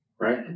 Right